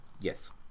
Yes